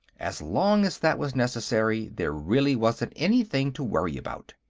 as long as that was necessary, there really wasn't anything to worry about.